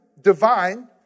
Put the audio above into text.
divine